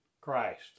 Christ